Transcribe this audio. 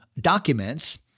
documents